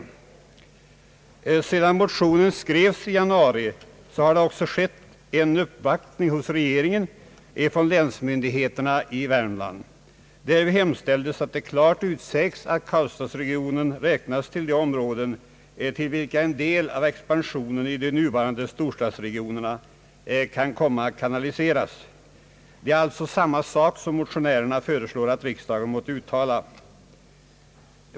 Sedan motionen skrevs i januari har det också från länsmyndigheterna i Värmland gjorts en uppvaktning hos regeringen. Därvid hemställdes att det klart skulle utsägas att karlstadsregionen skall räknas till de områden till vilka en del av expansionen i de nuvarande storstadsregionerna kan komma att kanaliseras. Det är alltså samma sak som motionärerna föreslår att riksdagen måtte uttala.